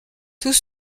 tous